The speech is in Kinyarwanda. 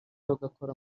bagakora